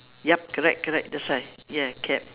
yup correct correct that's right ya cap